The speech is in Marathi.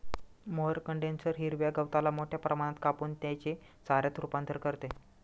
मोअर कंडेन्सर हिरव्या गवताला मोठ्या प्रमाणात कापून त्याचे चाऱ्यात रूपांतर करते